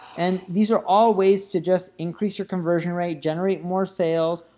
and, these are all ways to just increase your conversion rate, generate more sales,